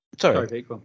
sorry